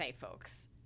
folks